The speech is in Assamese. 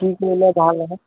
কি কৰিলে ভাল আহে